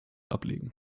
ablegen